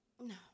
No